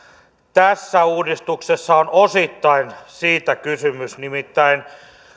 tässä uudistuksessa on osittain siitä kysymys nimittäin